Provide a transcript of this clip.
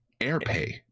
AirPay